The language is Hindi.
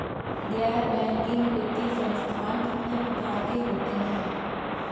गैर बैंकिंग वित्तीय संस्थान कितने प्रकार के होते हैं?